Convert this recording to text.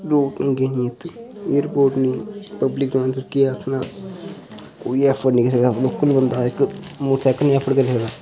airport निं public transport दा केह् आखना कोई एफर्ट निं रेह् दा लोकल बंदा इक मोटर सैकल बी निं अफोर्ड करी सकदा